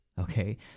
okay